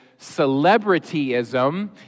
celebrityism